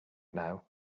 now